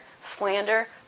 slander